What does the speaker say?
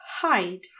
hide